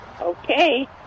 Okay